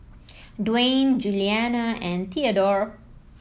Duane Julianna and Theadore